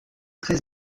treize